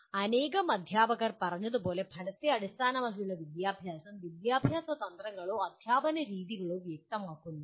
അനേകം അധ്യാപകർ പറഞ്ഞതുപോലെ ഫലത്തെ അടിസ്ഥാനമാക്കിയുള്ള വിദ്യാഭ്യാസം വിദ്യാഭ്യാസ തന്ത്രങ്ങളോ അധ്യാപന രീതികളോ വ്യക്തമാക്കുന്നില്ല